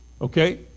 Okay